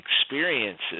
experiences